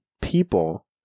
people